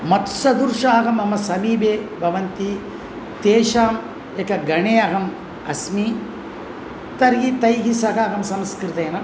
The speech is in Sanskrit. मत्सदृशाः मम समीपि भवन्ति तेषाम् एकगणे अहम् अस्मि तर्हि तैः सह अहं संस्कृतेन